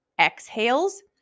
exhales